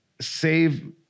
save